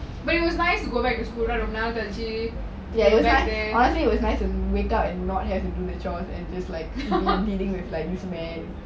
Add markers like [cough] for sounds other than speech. but it was nice to go back to school ரொம்ப நாள் கலைச்சி:romba naal kalaichi to go back there [laughs]